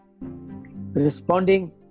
responding